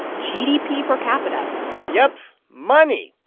gdp per capita yep money.